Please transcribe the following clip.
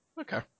Okay